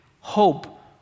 hope